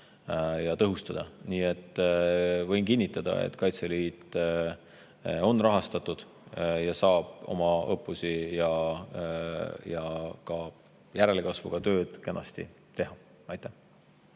tõhustada. Nii et võin kinnitada, et Kaitseliit on rahastatud, saab oma õppusi ja ka järelkasvutööd kenasti teha. Aitäh!